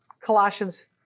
Colossians